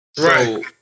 right